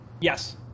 Yes